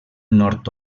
nord